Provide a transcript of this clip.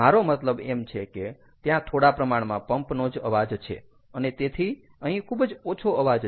મારો મતલબ એમ છે કે ત્યાં થોડા પ્રમાણમાં પંપ નો જ અવાજ છે અને તેથી અહીં ખુબ જ ઓછો અવાજ છે